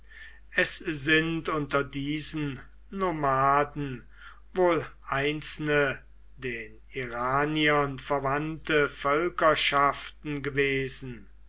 es sind unter diesen nomaden wohl einzelne den iraniern verwandte völkerschaften gewesen